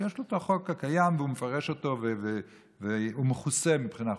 יש לו את החוק הקיים והוא מפרש אותו והוא מכוסה מבחינה חוקית.